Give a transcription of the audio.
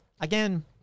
Again